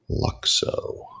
luxo